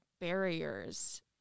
barriers